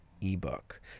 ebook